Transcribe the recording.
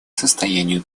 состоянию